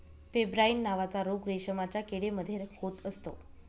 pebrine नावाचा रोग रेशमाच्या किडे मध्ये होत असतो